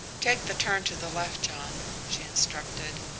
take the turn to the left, john, she instructed,